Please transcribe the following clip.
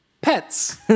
pets